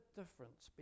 difference